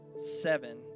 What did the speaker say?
seven